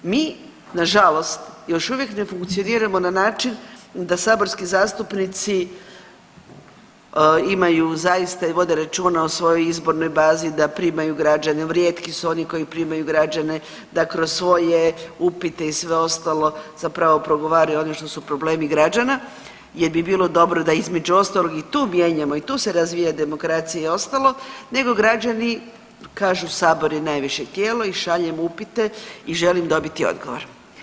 Mi nažalost još uvijek ne funkcioniramo na način da saborski zastupnici imaju zaista i vode računa o svojoj izbornoj bazi, da primaju građane, rijetki su oni koji primaju građane da kroz svoje upite i sve ostalo zapravo progovaraju o onome što su problemi građana jer bi bilo dobro da između ostalog i tu mijenjamo i tu se razvija demokracija i ostalo, nego građani kažu sabor je najviše tijelo i šaljem upite i želim dobiti odgovor.